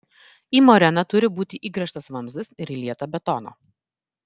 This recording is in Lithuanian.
į moreną turi būti įgręžtas vamzdis ir įlieta betono